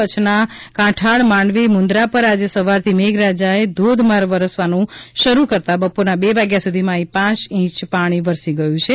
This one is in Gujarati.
કચ્છના કાંઠાળ માંડવી મુંદરા પર આજે સવારથી મેઘરાજાએ ધોધમાર વરસવાનું શરૂ કરતાં બપોરના બે વાગ્યા સુધીમાં અહીં પાંચ પાંચ ઈંચ પાણી વરસી ગયું છે